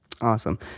Awesome